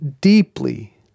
deeply